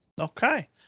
okay